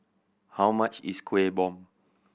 how much is Kuih Bom